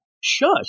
Shush